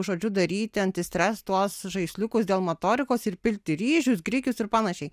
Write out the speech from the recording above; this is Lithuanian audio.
žodžiu daryti anti stres tuos žaisliukus dėl motorikos ir pilti ryžius grikius ir panašiai